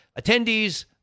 attendees